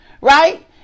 right